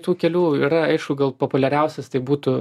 tų kelių yra aišku gal populiariausias tai būtų